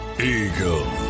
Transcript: Eagle